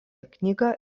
knygą